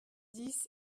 dix